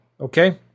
Okay